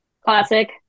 classic